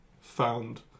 found